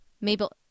Mabel